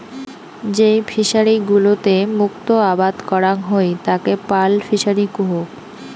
যেই ফিশারি গুলোতে মুক্ত আবাদ করাং হই তাকে পার্ল ফিসারী কুহ